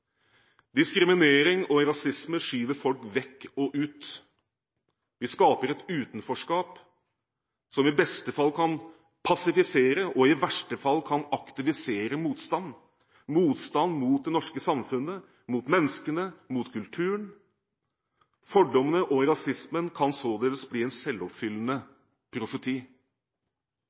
Diskriminering og rasisme skyver folk vekk og ut. Vi skaper et utenforskap som i beste fall kan passivisere og i verste fall kan aktivisere motstand – motstand mot det norske samfunnet, mot menneskene og mot kulturen. Fordommene og rasismen kan således bli en selvoppfyllende profeti.